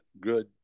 good